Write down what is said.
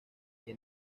que